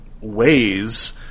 ways